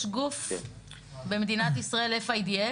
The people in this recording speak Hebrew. יש גוף במדינת ישראל, FIDF,